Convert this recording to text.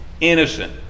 innocent